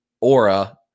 aura